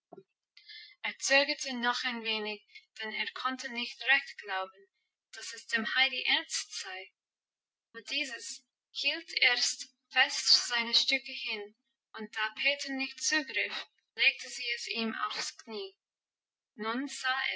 er zögerte noch ein wenig denn er konnte nicht recht glauben dass es dem heidi ernst sei aber dieses hielt erst fest seine stücke hin und da peter nicht zugriff legte sie es ihm aufs knie nun